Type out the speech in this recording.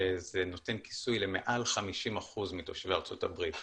שזה נותן כיסוי למעל 50% מתושבי ארצות הברית,